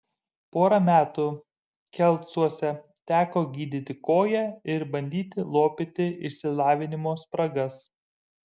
porą metų kelcuose teko gydyti koją ir bandyti lopyti išsilavinimo spragas